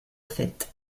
faite